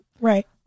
Right